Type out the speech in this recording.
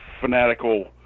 fanatical